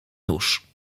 nóż